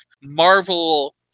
Marvel